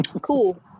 cool